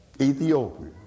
Ethiopia